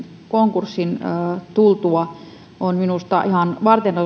konkurssin tultua on minusta ihan varteenotettava ja